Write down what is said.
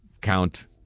count